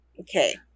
Okay